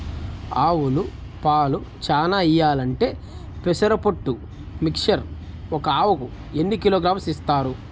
ఆవులు పాలు చానా ఇయ్యాలంటే పెసర పొట్టు మిక్చర్ ఒక ఆవుకు ఎన్ని కిలోగ్రామ్స్ ఇస్తారు?